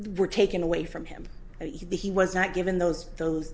were taken away from him and he was not given those those